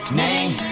name